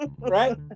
Right